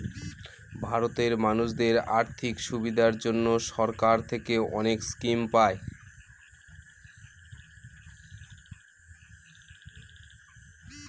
ভারতে মানুষদের আর্থিক সুবিধার জন্য সরকার থেকে অনেক স্কিম পায়